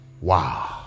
wow